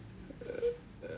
uh uh